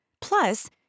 Plus